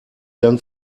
dank